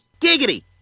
Giggity